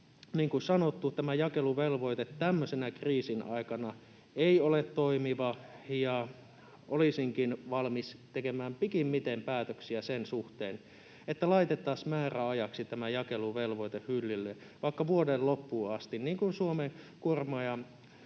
kuin sanottu, tämä jakeluvelvoite tämmöisenä kriisin aikana ei ole toimiva, ja olisinkin valmis tekemään pikimmiten päätöksiä sen suhteen, että laitettaisiin määräajaksi tämä jakeluvelvoite hyllylle, vaikka vuoden loppuun asti, [Mikko Lundén: Verot